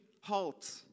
halt